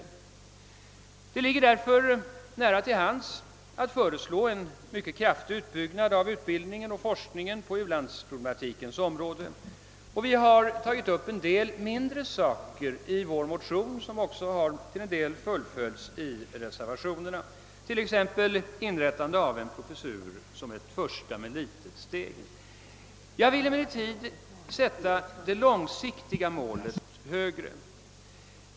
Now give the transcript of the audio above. Det ligger därför nära till hands att föreslå en mycket kraftig utbyggnad av utbildning och forskning på u-landsproblematikens område. Vi har tagit upp en del mindre saker i vår motion vilka till en del har fullföljts i reservationerna, t.ex. inrättande av en professur som ett första men litet steg. Jag vill emellertid sätta det långsiktiga målet högre.